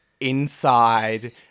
inside